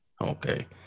Okay